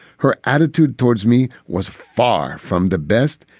her attitude towards me was far from the best.